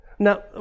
Now